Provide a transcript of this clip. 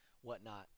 whatnot